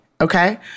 Okay